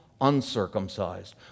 uncircumcised